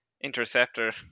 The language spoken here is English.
Interceptor